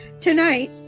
tonight